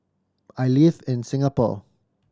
I live in Singapore